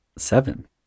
Seven